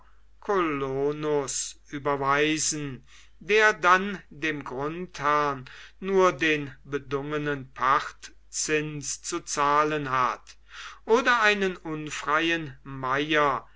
überweisen der dann dem grundherrn nur den bedungenen pachtzins zu zahlen hat oder einen unfreien meier